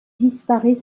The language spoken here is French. disparait